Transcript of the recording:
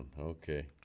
Okay